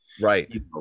Right